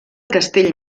castell